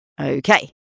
Okay